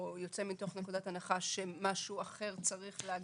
או שמשהו אחר צריך להגן עליו.